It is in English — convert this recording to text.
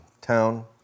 town